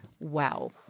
Wow